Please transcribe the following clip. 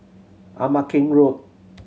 Ama Keng Road